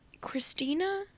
Christina